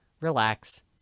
relax